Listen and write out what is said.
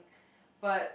but